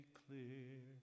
clear